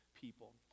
people